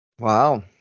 Wow